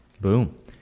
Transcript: Boom